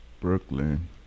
Brooklyn